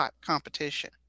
competition